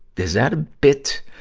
is that a bit,